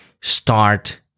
start